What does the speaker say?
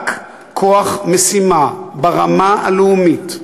רק כוח משימה ברמה הלאומית,